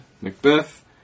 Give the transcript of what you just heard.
Macbeth